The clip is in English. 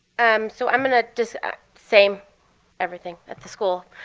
um so i'm going ah to so same everything at the school.